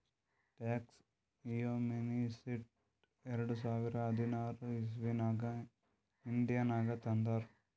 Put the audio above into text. tax amnesty ಎರಡ ಸಾವಿರದ ಹದಿನಾರ್ ಇಸವಿನಾಗ್ ಇಂಡಿಯಾನಾಗ್ ತಂದಾರ್